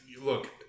look